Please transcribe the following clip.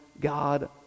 God